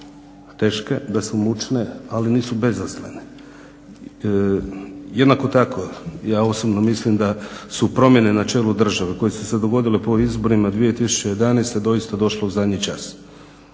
teške, da su mučne, ali nisu bezazlene. Jednako tako ja osobno mislim da su promjene na čelu države koje su se dogodile po izborima 2011. doista došlo u zadnji čas